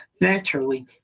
naturally